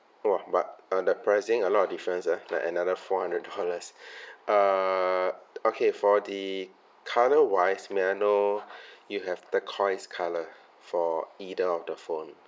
!wah! but uh the pricing a lot of difference ah like another four hundred dollars err okay for the colour wise may I know you have turquoise colour for either of the phone